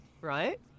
right